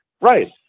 Right